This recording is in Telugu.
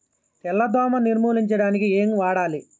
తెల్ల దోమ నిర్ములించడానికి ఏం వాడాలి?